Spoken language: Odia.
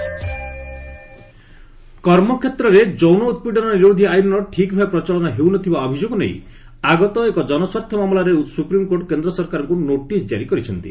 ଏସ୍ସି ହାରାସ୍ମେଣ୍ଟ କର୍ମକ୍ଷେତ୍ରରେ ଯୌନ ଉତ୍ପୀଡ଼ନ ନିରୋଧି ଆଇନ୍ର ଠିକ୍ ଭାବେ ପ୍ରଚଳନ ହେଉନଥିବା ଅଭିଯୋଗ ନେଇ ଆଗତ ଏକ ଜନସ୍ୱାର୍ଥ ମାମଲାରେ ସୁପ୍ରିମ୍କୋର୍ଟ କେନ୍ଦ୍ର ସରକାରଙ୍କୁ ନୋଟିସ୍ ଜାରି କରିଛନ୍ତି